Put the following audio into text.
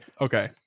Okay